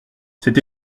c’est